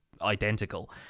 identical